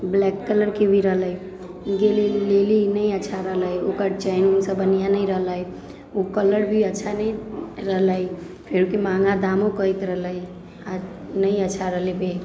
black कलरके भी रहलै गेली लेली नहि अच्छा रहलै ओकर चेन उन सब बढ़िआँ नहि रहलै ओ कलर भी अच्छा नहि रहलै फेर ओहिके महगा दामो कहैत रहलै आओर नहि अच्छा रहलै बैग